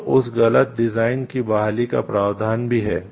तो उस गलत डिजाइन की बहाली का प्रावधान भी है